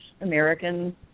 American